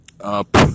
up